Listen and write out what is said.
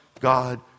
God